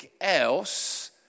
else